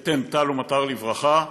"ותן טל ומטר לברכה".